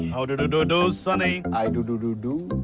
how do do do do sunny? i do do do do.